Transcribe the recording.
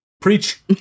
Preach